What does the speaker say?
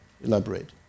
elaborate